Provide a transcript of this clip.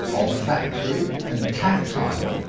olfactory, and tactile,